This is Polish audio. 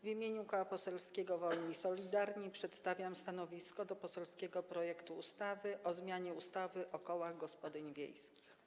W imieniu Koła Poselskiego Wolni i Solidarni przedstawiam stanowisko wobec poselskiego projektu ustawy o zmianie ustawy o kołach gospodyń wiejskich.